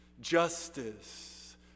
justice